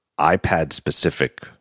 iPad-specific